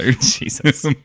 Jesus